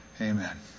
Amen